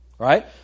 Right